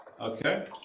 Okay